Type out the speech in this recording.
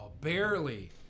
barely